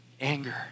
anger